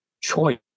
choice